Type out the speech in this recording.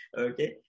Okay